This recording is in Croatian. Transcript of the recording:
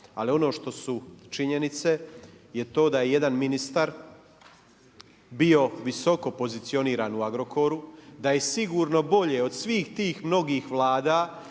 Ali ono što su činjenice je to da je jedan ministar bio visokopozicioniran u Agrokoru, da je sigurno bolje od svih mnogih vlada